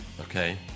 Okay